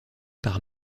par